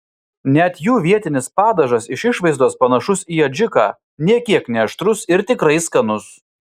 net jų vietinis padažas iš išvaizdos panašus į adžiką nė kiek neaštrus ir tikrai skanus